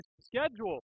schedule